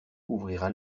ouvrira